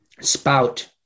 spout